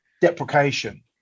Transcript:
deprecation